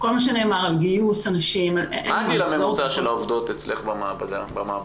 מה הגיל הממוצע של העובדות אצלך במעבדות?